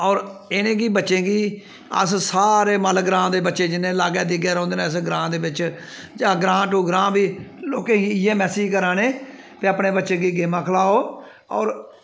होर इ'नें गी बच्चें गी अस सारे मल ग्रांऽ दे जिन्ने लाग्गै धिग्गै रौंह्दे न इस ग्रांऽ दे बिच्च जां ग्रांऽ टू ग्रांऽ बी लोकें गी इ'यै मैसेज करा ने कि अपने बच्चें गी गेमां खलाओ होर